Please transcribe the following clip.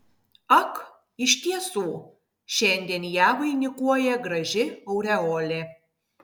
ak iš tiesų šiandien ją vainikuoja graži aureolė